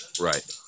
Right